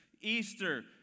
Easter